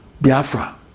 Biafra